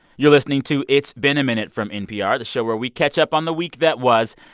you're listening to it's been a minute from npr, the show where we catch up on the week that was.